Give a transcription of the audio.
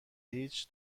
هیچ